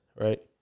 right